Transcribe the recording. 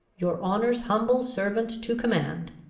your honour's humble servant to command,